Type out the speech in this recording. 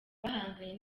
bahanganye